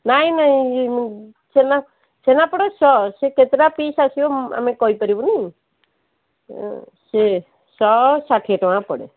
ନାହିଁ ନାହିଁ ଛେନା ଛେନାପୋଡ଼ ସେ କେତେଟା ପିସ୍ ଆସିବ ଆମେ କହି ପାରିବୁନି ସେ ଶହ ଷାଠିଏ ଟଙ୍କା ପଡ଼େ